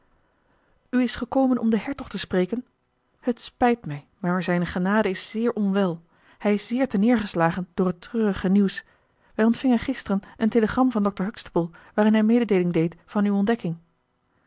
is gekomen om den hertog te spreken het spijt mij maar zijne genade is zeer onwel hij is zeer terneergeslagen door het treurige nieuws wij ontvingen gisteren een telegram van dr huxtable waarin hij mededeeling deed van uw ontdekking